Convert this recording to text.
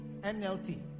NLT